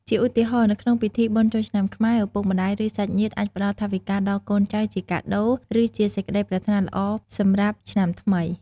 ជាឧទាហរណ៍ នៅក្នុងពិធី បុណ្យចូលឆ្នាំខ្មែរ ឪពុកម្ដាយ ឬសាច់ញាតិអាចផ្ដល់ ថវិកាដល់កូនចៅជាកាដូ ឬជាសេចក្ដីប្រាថ្នាល្អសម្រាប់ឆ្នាំថ្មី។